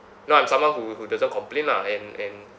know I'm someone who who doesn't complain lah and and